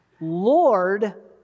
Lord